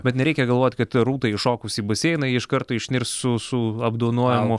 bet nereikia galvot kad rūtai įšokus į baseiną ji iš karto išnirs su su apdovanojimu